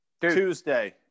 Tuesday